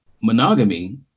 monogamy